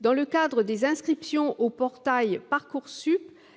Dans le cadre des inscriptions au portail Parcoursup,